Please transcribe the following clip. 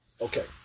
Okay